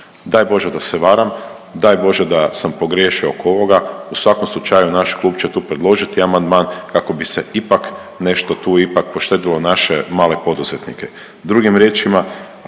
Daj Bože da se varam, daj Bože da sam pogriješio oko ovoga, u svakom slučaju naš klub će tu predložiti amandman kako bi se ipak nešto tu ipak poštedilo naše male poduzetnike.